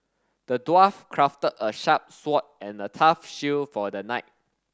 the dwarf crafted a sharp sword and a tough shield for the knight